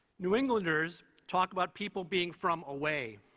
new englanders talk about people being from away,